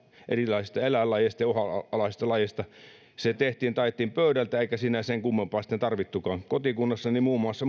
erilaisista eläinlajeista ja uhanalaisista lajeista se tehtiin ja taitettiin pöydältä eikä siinä sen kummempaa sitten tarvittukaan kotikunnassani muun muassa